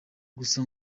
gusa